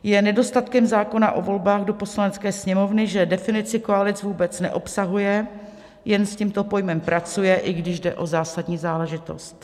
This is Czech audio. Je nedostatkem zákona o volbách do Poslanecké sněmovny, že definici koalic vůbec neobsahuje, jen s tímto pojmem pracuje, i když jde o zásadní záležitost.